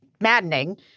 maddening